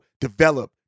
develop